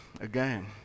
again